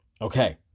Okay